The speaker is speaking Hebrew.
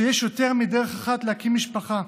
שיש יותר מדרך אחת להקים משפחה,